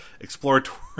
exploratory